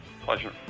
Pleasure